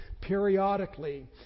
periodically